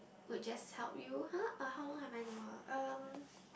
would just help you !huh! uh how long have I known her um